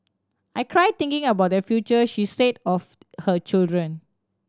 I cry thinking about their future she said of her children